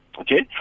Okay